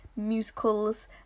musicals